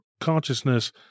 consciousness